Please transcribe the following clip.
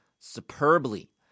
superbly